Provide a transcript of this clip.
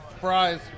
fries